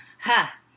Ha